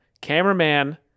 cameraman